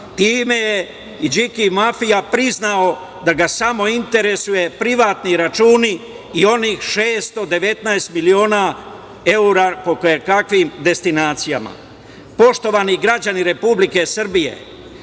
Time je Điki mafija priznao da ga samo interesuju privatni računi i onih 619 miliona evra po kojekakvim destinacijama. Poštovani građani Republike Srbije,